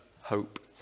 hope